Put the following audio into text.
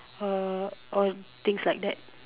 or things like that